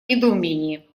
недоумении